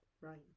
right